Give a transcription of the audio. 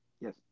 Yes